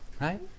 Right